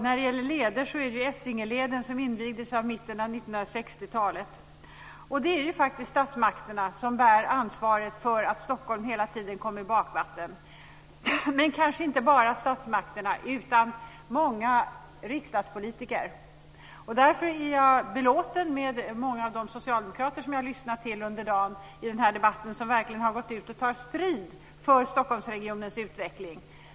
Essingeleden invigdes på mitten av 1960-talet. Det är faktiskt statsmakterna som bär ansvaret för att Stockholm hela tiden kommer i bakvattnet. Men det är kanske inte bara statsmakterna utan också många riksdagspolitiker. Därför är jag belåten över att många av de socialdemokrater jag har lyssnat på under dagen verkligen går ut och tar strid för Stockholmsregionens utveckling.